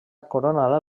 coronada